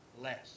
less